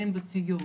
בסיעוד.